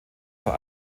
vor